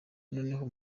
noneho